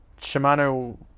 shimano